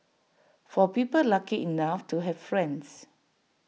for people lucky enough to have friends